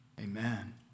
Amen